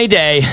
day